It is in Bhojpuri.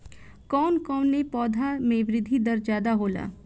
कवन कवने पौधा में वृद्धि दर ज्यादा होला?